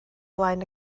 flaen